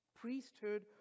Priesthood